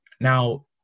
Now